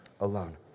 alone